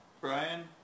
Brian